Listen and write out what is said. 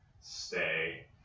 stay